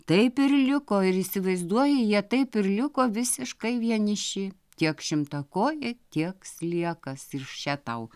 taip ir liko ir įsivaizduoji jie taip ir liko visiškai vieniši tiek šimtakojė tiek sliekas ir še tau